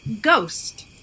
ghost